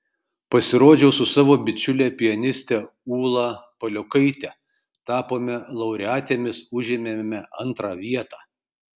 pasirodžiau su savo bičiule pianiste ūla paliokaite tapome laureatėmis užėmėme antrą vietą